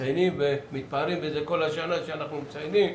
מציינים ומתפארים בזה כל השנה שאנחנו מציינים,